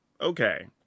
okay